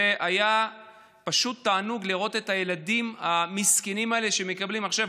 זה היה פשוט תענוג לראות את הילדים המסכנים האלה שמקבלים מחשב.